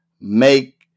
make